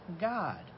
God